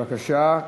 בבקשה.